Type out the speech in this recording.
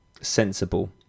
sensible